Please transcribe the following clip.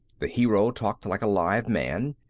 the hero talked like a live man.